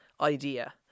idea